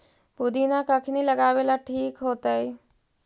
पुदिना कखिनी लगावेला ठिक होतइ?